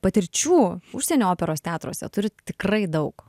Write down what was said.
patirčių užsienio operos teatruose turit tikrai daug